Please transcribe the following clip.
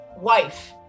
wife